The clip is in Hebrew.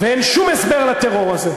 ואין שום הסבר לטרור הזה.